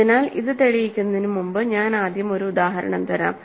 അതിനാൽ ഇത് തെളിയിക്കുന്നതിന് മുമ്പ് ഞാൻ ആദ്യം ഒരു ഉദാഹരണം തരാം